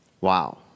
Wow